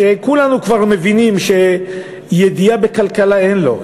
שכולנו כבר מבינים שידיעה בכלכלה אין לו,